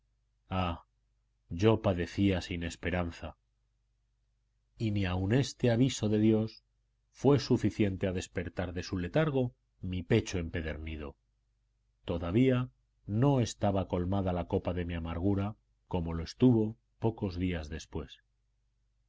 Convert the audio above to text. yo padecía sin esperanza y ni aún este aviso de dios fue suficiente a despertar de su letargo mi pecho empedernido todavía no estaba colmada la copa de mi amargura como lo estuvo pocos días después